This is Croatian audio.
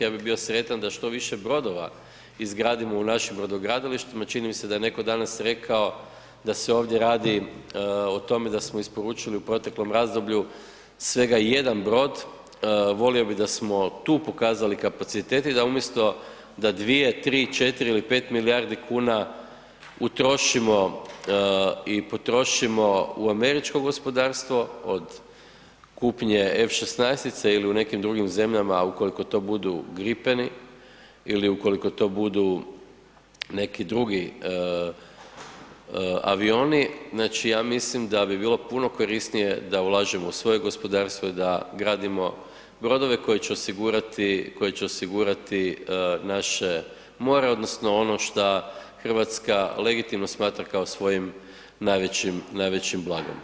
Ja bih bio sretan da što više brodova izgradimo u našim brodogradilištima, čini mi se da je danas neko rekao da se ovdje radi o tome da smo isporučili u proteklom razdoblju svega jedan brod, volio bih da smo tu pokazali kapacitet i da umjesto da 2,3,4 ili 5 milijardi kuna utrošimo i potrošimo u američko gospodarstvo od kupnje F16 ili u nekim drugim zemljama ukoliko to budu Gripeni ili u koliko to budu neki drugi avioni, ja mislim da bi bilo puno korisnije da ulažemo u svoje gospodarstvo i da gradimo brodove koji će osigurati naše more odnosno šta Hrvatska legitimno smatra kao svojim najvećim blagom.